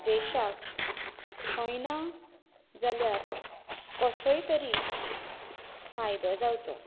देशाक खंय ना जाल्यार कसोय तरी फायदो जावचो